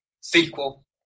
sequel